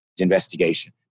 investigation